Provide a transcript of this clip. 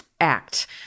act